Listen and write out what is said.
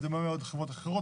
זה דומה מאוד לחברות אחרות,